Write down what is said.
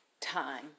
time